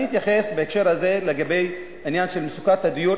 בהקשר הזה אני אתייחס למצוקת הדיור,